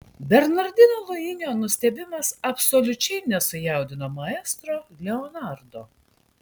bernardino luinio nustebimas absoliučiai nesujaudino maestro leonardo